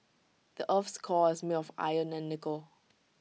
the Earth's core is made of iron and nickel